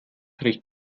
riecht